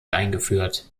eingeführt